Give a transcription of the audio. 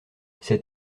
cet